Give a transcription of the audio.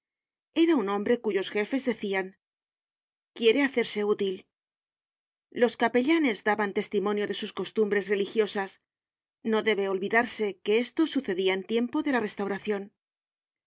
era un hombre cuyos jefes decian quiere hacerse útil los capellanes daban testimonio de sus costumbres religiosas no debe olvidarse que esto sucedia en tiempo de la rertauracion